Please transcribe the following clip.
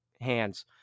hands